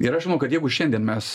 ir aš manau kad jeigu šiandien mes